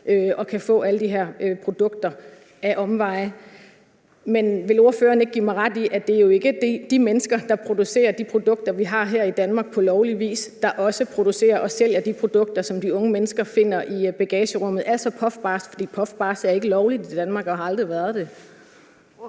og kan få alle de her produkter ad omveje. Men vil ordføreren ikke give mig ret i, at det jo ikke er de mennesker, der producerer de produkter, vi har her i Danmark, på lovlig vis, der også producerer og sælger de produkter, som de unge mennesker finder i bagagerummet, altså puffbars, for puffbars er ikke lovlige i Danmark og har aldrig været det?